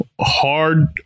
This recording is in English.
hard